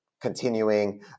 continuing